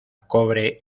cobre